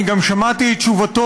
אני גם שמעתי את תשובתו,